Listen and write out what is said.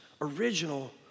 original